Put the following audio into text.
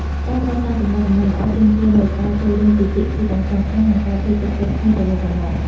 ការកសាងទំនាក់ទំនងល្អទាមទារនូវការចូលរួមពីភាគីទាំងសងខាង និងការជឿទុកចិត្តគ្នាទៅវិញទៅមក។